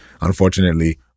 unfortunately